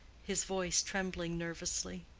his voice trembling nervously.